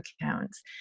accounts